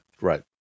right